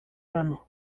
ano